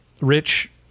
rich